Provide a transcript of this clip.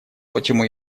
почему